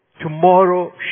tomorrow